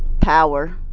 power.